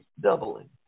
doubling